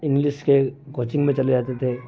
English کے coaching میں چلے جاتے تھے